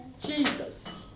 Jesus